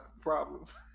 problems